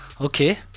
Okay